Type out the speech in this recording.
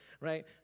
right